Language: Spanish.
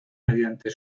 mediante